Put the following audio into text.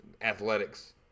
athletics